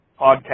podcast